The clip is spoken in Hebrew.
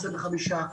25,